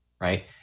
right